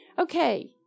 Okay